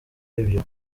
aribyo